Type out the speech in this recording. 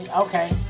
Okay